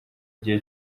gihe